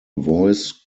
voice